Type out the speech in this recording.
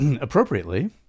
appropriately